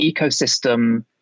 ecosystem